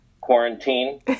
quarantine